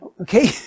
Okay